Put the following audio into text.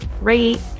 rate